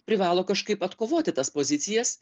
privalo kažkaip atkovoti tas pozicijas